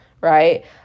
right